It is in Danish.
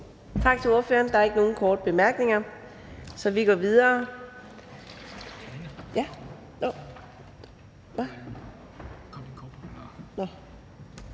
Tak til ordføreren. Der er ikke nogen korte bemærkninger, så vi går videre.